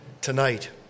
tonight